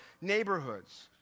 neighborhoods